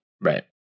Right